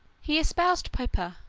he espoused pipa,